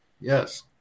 Yes